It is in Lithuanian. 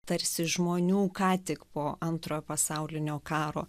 tarsi žmonių ką tik po antrojo pasaulinio karo